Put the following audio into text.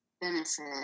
benefit